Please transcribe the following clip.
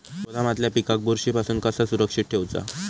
गोदामातल्या पिकाक बुरशी पासून कसा सुरक्षित ठेऊचा?